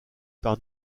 par